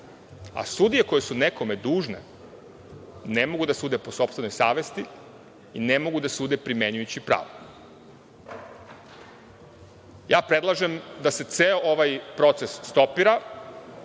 a sudije koje su nekome dužne ne mogu da sude po sopstvenoj savesti i ne mogu da sude primenjujući pravdu. Predlažem da se ceo ovaj proces stopira